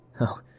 Oh